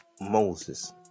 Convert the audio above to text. moses